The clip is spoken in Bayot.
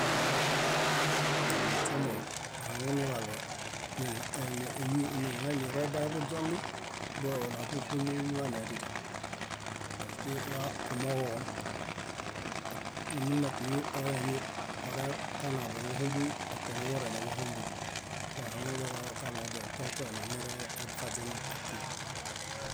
Ñomuźemo ahaŋunuġaɭo niɭa éñi niɭanirobaeḃuźomi boo ona fúlu fúlu ŋoanedidia. Paske wa kumooġoġom ot- numunãtimi oe eimi ore kanaḃo nuġuhũ bíḃi, otianuġure nuġuhũ bíḃi. Wahaŋunuźakaɭo atianośona mereeḃuxaźenapi